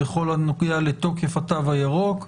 בכל הנוגע לתוקף התו הירוק.